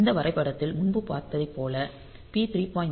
இந்த வரைபடத்தில் முன்பு பார்த்ததைப் போல பி 3